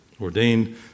ordained